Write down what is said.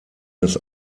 das